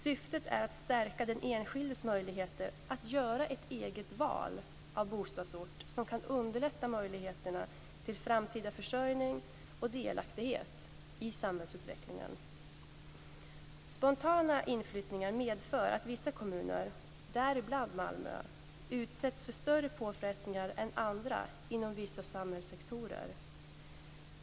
Syftet är att stärka den enskildes möjligheter att göra ett eget val av bostadsort som kan underlätta möjligheterna till framtida försörjning och delaktighet i samhällsutvecklingen. Spontana inflyttningar medför att vissa kommuner, däribland Malmö, utsätts för större påfrestningar än andra inom vissa samhällssektorer.